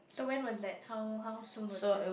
so when was that how how soon was this